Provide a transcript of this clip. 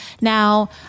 Now